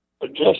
Adjust